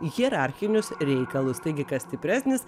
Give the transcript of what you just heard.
hierarchinius reikalus taigi kas stipresnis